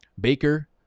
Baker